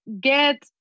get